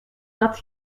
dat